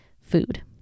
food